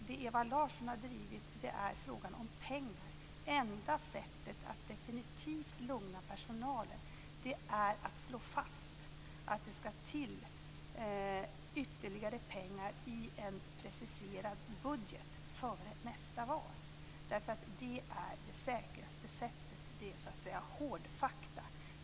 Det Ewa Larsson har drivit är frågan om pengar. Det enda sättet att definitivt lugna personalen är att slå fast att det skall till ytterligare pengar i en preciserad budget före nästa val. Det är det säkraste sättet; det är så att säga hårdfakta.